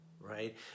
right